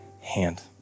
hand